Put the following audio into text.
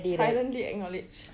silently acknowledge